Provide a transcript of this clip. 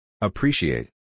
Appreciate